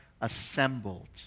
assembled